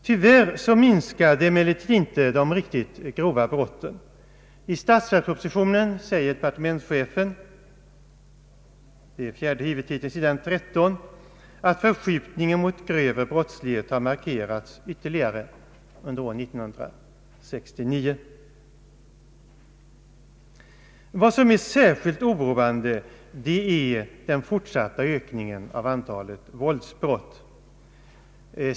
Tyvärr minskade inte de riktigt grova brotten. I statsverkspropositionen säger departementschefen — fjärde huvudtiteln s. 13 — att förskjutningen mot grövre brottslighet har markerats ytterligare under år 1969. Särskilt oroande är den fortsatta ökningen av antalet våldsbrott.